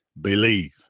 believe